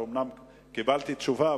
אומנם קיבלתי תשובה,